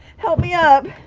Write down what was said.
help me up!